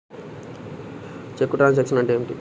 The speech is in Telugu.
చెక్కు ట్రంకేషన్ అంటే ఏమిటి?